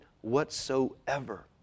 whatsoever